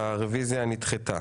הרביזיה נדחתה.